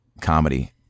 comedy